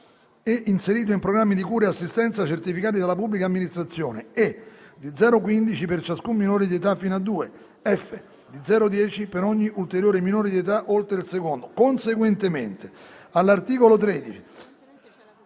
e inserito in programmi di cura e di assistenza certificati dalla pubblica amministrazione; e) di 0,1 5 per ciascun minore di età, fino a due; f) di 0,10 per ogni ulteriore minore di età oltre il secondo. *Conseguentemente*: All'articolo 13